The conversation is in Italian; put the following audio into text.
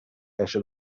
esce